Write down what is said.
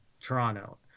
Toronto